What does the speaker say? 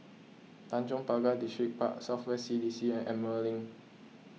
Tanjong Pagar Distripark South West C D C and Emerald Link